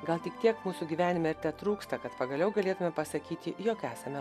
gal tik tiek mūsų gyvenime tetrūksta kad pagaliau galėtume pasakyti jog esame